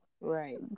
Right